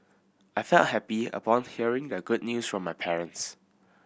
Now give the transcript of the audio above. I felt happy upon hearing the good news from my parents